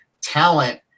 talent